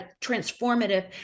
transformative